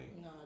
No